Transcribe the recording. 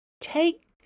Take